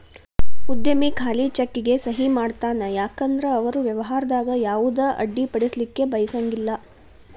ಉದ್ಯಮಿ ಖಾಲಿ ಚೆಕ್ಗೆ ಸಹಿ ಮಾಡತಾನ ಯಾಕಂದ್ರ ಅವರು ವ್ಯವಹಾರದಾಗ ಯಾವುದ ಅಡ್ಡಿಪಡಿಸಲಿಕ್ಕೆ ಬಯಸಂಗಿಲ್ಲಾ